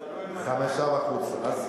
מתי אתה בודק.